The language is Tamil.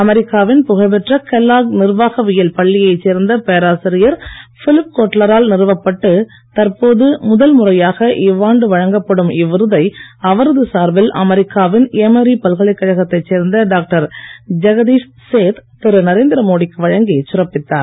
அமெரிக்காவின் புகழ்பெற்ற கெல்லாக் நிர்வாகவியல் பள்ளியைச் சேர்ந்த பேராசிரியர் பிலிப் கோட்லரால் நிறுவப்பட்டு தற்போது முதல் முறையாக இவ்வாண்டு வழங்கப்படும் இவ்விருதை அவரது சார்பில் அமெரிக்காவின் எமரி பல்கலைக்கழகத்தைச் சேர்ந்த டாக்டர் ஜெகதீஷ் சேத் திரு நரேந்திரமோடிக்கு வழங்கி சிறப்பித்தார்